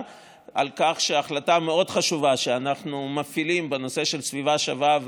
בכך שהחלטה מאוד חשובה שאנחנו מפעילים בנושא של "סביבה שווה",